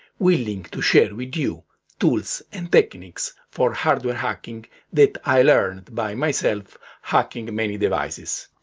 willing to share with you tools and techniques for hardware hacking that i learned by myself hacking many devices.